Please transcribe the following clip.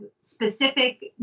specific